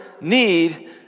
need